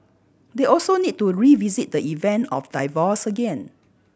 they also need to revisit the event of divorce again